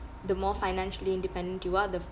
the more financially independent you are the